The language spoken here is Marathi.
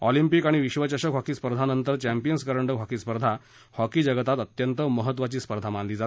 ऑलिंपिक आणि विश्वचषक हॉकी स्पर्धानंतर चॅम्पियन्स करंडक हॉकी स्पर्धा हॉकी जगतात अत्यंत महत्वाची स्पर्धा मानली जाते